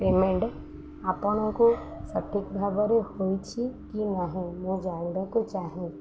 payment ଆପଣଙ୍କୁ ସଠିକ୍ ଭାବରେ ହୋଇଛି କି ନାହିଁ ମୁଁ ଜାଣିବାକୁ ଚାହେଁ